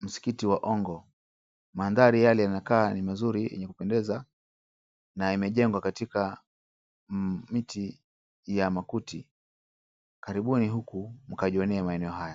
msikiti wa Ongo. Maandhari yale yanakaa ni mazuri yenye kupendeza na imejengwa katika miti ya makuti. Karibuni huku mkajionee maeneo haya.